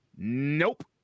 Nope